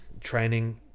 training